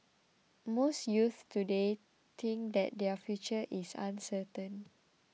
most youths today think that their future is uncertain